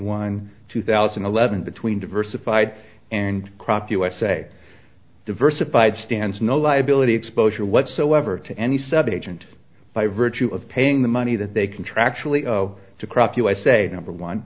one two thousand and eleven between diversified and crop usa diversified stands no liability exposure whatsoever to any sub agent by virtue of paying the money that they contractually to crop usa number one